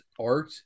art